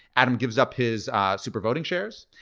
adam gives up his super voting shares,